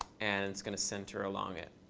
and it's going to center along it.